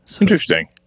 Interesting